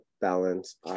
balance